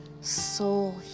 soul